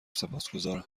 سپاسگذارم